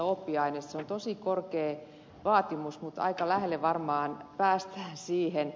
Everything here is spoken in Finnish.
se on tosi korkea vaatimus mutta aika lähelle varmaan päästään siihen